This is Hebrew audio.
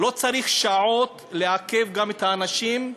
לא צריך שעות לעכב גם את האנשים,